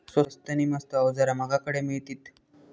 स्वस्त नी मस्त अवजारा माका खडे मिळतीत?